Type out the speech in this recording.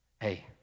Hey